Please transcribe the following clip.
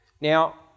now